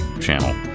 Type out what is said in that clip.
Channel